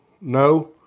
No